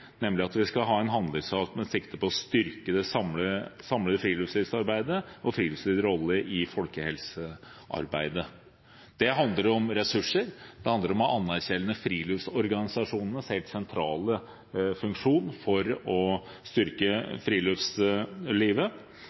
nemlig at vi skal ha «en handlingsplan med sikte på å styrke det samlede friluftslivsarbeidet og friluftslivets rolle i folkehelsearbeidet». Det handler om ressurser, det handler om å anerkjenne friluftsorganisasjonenes helt sentrale funksjon i å styrke friluftslivet,